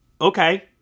okay